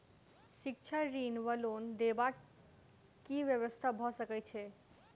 शिक्षा ऋण वा लोन देबाक की व्यवस्था भऽ सकै छै?